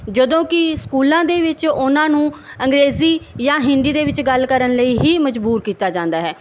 ਜਦੋਂ ਕਿ ਸਕੂਲਾਂ ਦੇ ਵਿੱਚ ਉਹਨਾਂ ਨੂੰ ਅੰਗਰੇਜ਼ੀ ਜਾਂ ਹਿੰਦੀ ਦੇ ਵਿੱਚ ਗੱਲ ਕਰਨ ਲਈ ਹੀ ਮਜ਼ਬੂਰ ਕੀਤਾ ਜਾਂਦਾ ਹੈ